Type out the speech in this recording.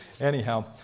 anyhow